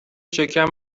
شکم